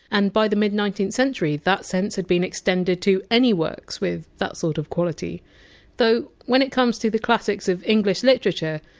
and by the mid nineteenth century, that sense had been extended to any works with that sort of quality though when it comes to the classics of english literature,